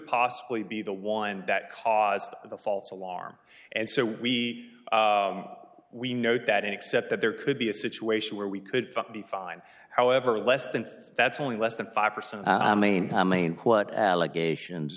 possibly be the one that caused the false alarm and so we we know that except that there could be a situation where we could be fine however less than that's only less than five percent i mean how main what allegations